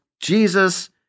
Jesus